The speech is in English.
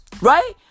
Right